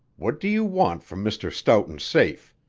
what do you want from mr. stoughton's safe?